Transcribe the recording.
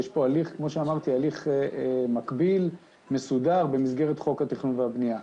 יש פה הליך מקביל מסודר במסגרת חוק התכנון והבנייה.